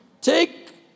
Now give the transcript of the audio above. take